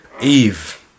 Eve